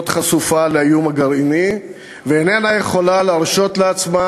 חשופה לאיום הגרעיני ואיננה יכולה להרשות לעצמה